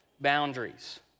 boundaries